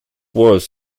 worth